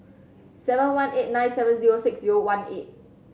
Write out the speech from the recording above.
seven one eight nine seven zero six zero one eight